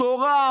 תורה,